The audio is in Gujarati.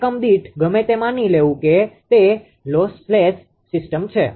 એકમ દીઠ ગમે તે માની લેવું તે લોસલેસ સિસ્ટમ છે